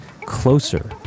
Closer